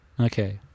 okay